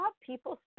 people